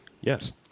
Yes